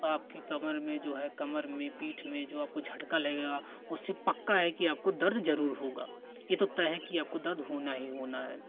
और आपकी कमर में जो है कमर में पीठ में जो आपको झटका लगेगा उससे पक्का है कि आपको दर्द ज़रूर होगा यह तो तय है कि आपको दर्द होना ही होना है